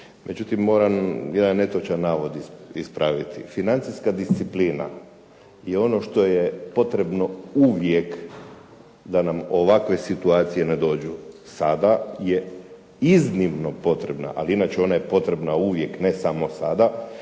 međutim moram jedan netočan navod ispraviti. Financijska disciplina je ono što je potrebno uvijek da nam ovakve situacije ne dođu sada je iznimno potrebna, ali inače ona je potrebna uvijek ne samo sada,